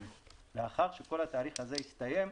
לאחר שכל התהליך הזה יסתיים,